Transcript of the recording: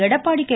Edappadi K